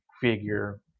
figure